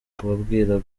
kubabwira